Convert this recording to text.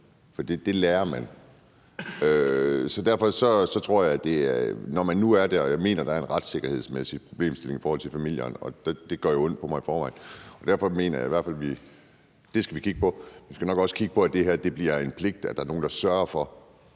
For det lærer man. Jeg mener, der er en retssikkerhedsmæssig problemstilling i forhold til familierne – og det gør jo ondt på mig i forvejen – og derfor mener jeg i hvert fald, at det skal vi kigge på. Vi skal nok også kigge på, at det bliver en pligt, at der er nogen, der sørger for,